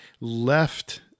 left